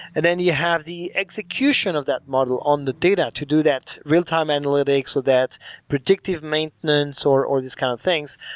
and then you have the execution of that model on the data to do that real-time analytics, with predictive maintenance, or or these kind of things.